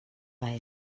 bei